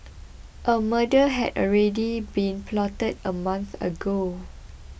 a murder had already been plotted a month ago